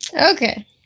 Okay